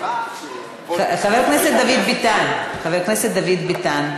חבר הכנסת דוד ביטן,